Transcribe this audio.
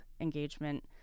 Engagement